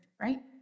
right